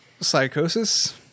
psychosis